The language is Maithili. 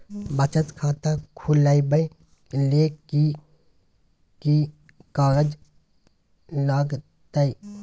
बचत खाता खुलैबै ले कि की कागज लागतै?